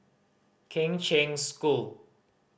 Kheng Cheng School